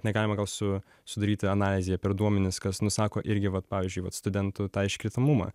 negalima gal su sudaryti analizę per duomenis kas nusako irgi vat pavyzdžiui vat studentų tą iškritamumą